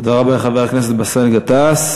תודה רבה לחבר הכנסת באסל גטאס.